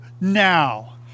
now